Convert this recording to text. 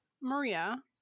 maria